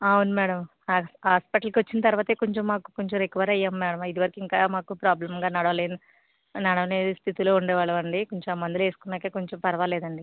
అవును మేడం హా హాస్పిటల్కి వచ్చిన తరువాతే కొంచెం మాకు కొంచెం రికవర్ అయ్యాం మేడం ఇదివరకు ఇంకా మాకు ప్రాబ్లెమ్గా నడవలేము నడవలేని స్థితిలో ఉండే వాళ్ళమండి కొంచెం మందులేసుకున్నాకే కొంచెం పర్వాలేదండి